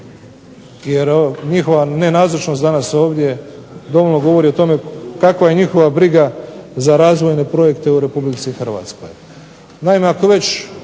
jer njihova nenazočnost danas ovdje dovoljno govori o tome kakva je njihova briga za razvojne projekte u RH. Naime, ako